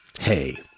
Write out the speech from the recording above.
Hey